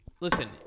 Listen